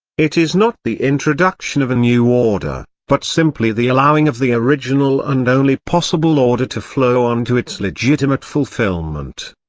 it is not the introduction of a new order, but simply the allowing of the original and only possible order to flow on to its legitimate fulfilment.